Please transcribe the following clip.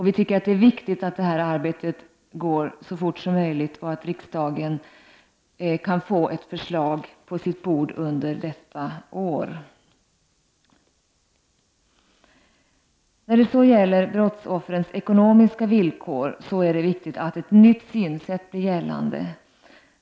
Det är viktigt att det arbetet går så fort som möjligt och att riksdagen kan få ett förslag på sitt bord under detta år. När det gäller brottsoffrens ekonomiska villkor är det viktigt att ett nytt synsätt blir gällande.